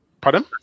Pardon